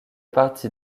parti